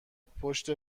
پشت